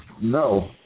No